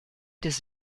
des